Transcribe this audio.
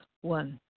One